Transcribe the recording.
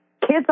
kids